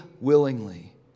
willingly